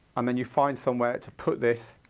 and then you find somewhere to put this